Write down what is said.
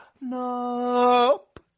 Nope